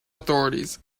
authorities